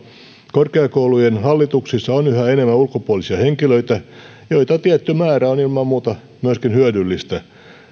korkeakoulujen hallituksissa on ulkopuolisia henkilöitä joita tietty määrä on ilman muuta myöskin hyödyllistä